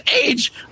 age